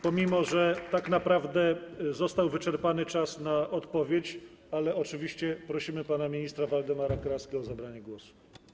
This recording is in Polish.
Pomimo że tak naprawdę został wyczerpany czas na odpowiedź, oczywiście prosimy pana ministra Waldemara Kraskę o zabranie głosu.